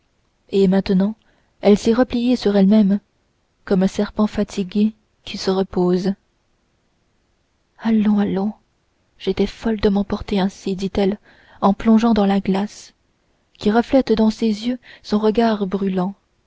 et maintenant elle s'est repliée sur elle-même comme un serpent fatigué qui se repose allons allons j'étais folle de m'emporter ainsi dit-elle en plongeant dans la glace qui reflète dans ses yeux son regard brûlant